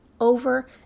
over